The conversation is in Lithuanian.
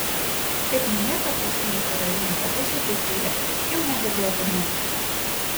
kaip minėta tautiniai karaimų drabužiai buityje jau nebedėvimi